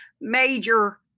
major